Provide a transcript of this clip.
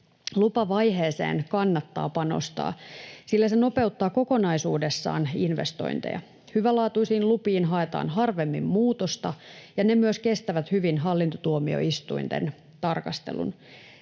Lupavaiheeseen kannattaa panostaa, sillä se nopeuttaa kokonaisuudessaan investointeja. Hyvälaatuisiin lupiin haetaan harvemmin muutosta, ja ne myös kestävät hyvin hallintotuomioistuinten tarkastelun.